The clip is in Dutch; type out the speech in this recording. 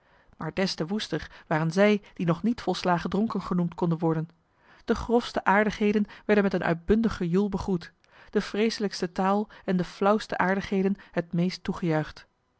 maar des te woester waren zij die nog niet volslagen dronken genoemd konden worden de grofste aardigheden werden met een uitbundig gejoel begroet de vreeselijkste taal en de flauwste aardigheden het meest